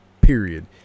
period